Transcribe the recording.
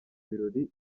birori